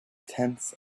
tense